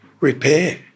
repair